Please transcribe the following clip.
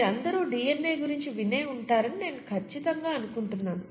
మీరందరూడిఎన్ఏ గురించి వినే ఉంటారని నేను ఖచ్చితంగా అనుకుంటున్నాను